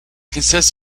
consists